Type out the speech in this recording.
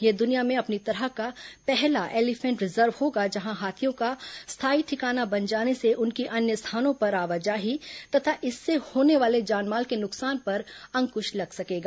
यह दुनिया में अपनी तरह का पहला एलीफेंट रिजर्व होगा जहां हाथियों का स्थायी ठिकाना बन जाने से उनकी अन्य स्थानों पर आवाजाही तथा इससे होने वाले जान माल के नुकसान पर अंकुश लग सकेगा